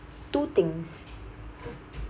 two things